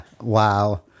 Wow